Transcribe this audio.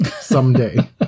Someday